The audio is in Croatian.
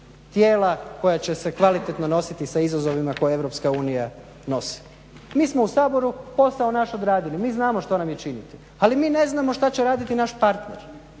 tijela koja će se kvalitetno nositi sa izazovima koje Europska unija nosi. Mi smo u Saboru posao naš odradili, mi znamo što nam je činiti, ali mi ne znamo šta će raditi naš partner.